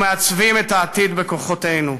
ומעצבים את העתיד בכוחות עצמנו.